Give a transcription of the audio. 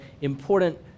important